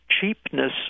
cheapness